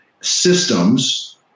systems